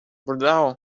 bordeaux